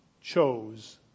chose